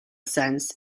sense